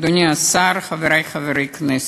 אדוני השר, חברי חברי הכנסת,